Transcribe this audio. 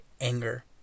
anger